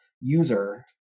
user